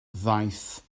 ddaeth